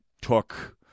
took